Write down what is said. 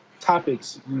topics